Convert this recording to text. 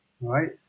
right